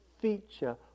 feature